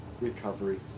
recovery